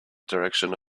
direction